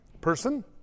person